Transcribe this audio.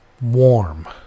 warm